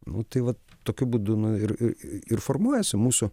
nu tai vat tokiu būdu nu ir ir ir formuojasi mūsų